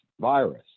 virus